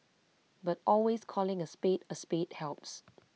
but always calling A spade A spade helps